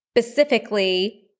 specifically